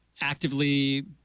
actively